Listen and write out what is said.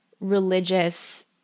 religious